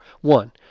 One